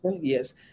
Yes